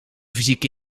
fysieke